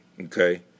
okay